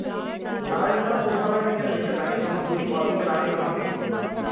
ਨਾ ਜੀ ਨਾ ਪੁਲਿਸ ਵਾਲਿਆਂ ਦੀ ਕਯਾ ਦਿੱਕਤ ਆਉਣੀ ਤੁਹਾਨੂੰ ਪੂਰੀ ਪਾਸਿੰਗ ਕਰਵਾ ਕੇ ਦੇਵਾਂਗੇ